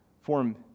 form